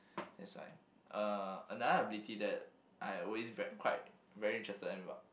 that's why uh another ability that I always very quite very interested as well